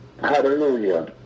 hallelujah